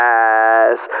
ass